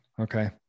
okay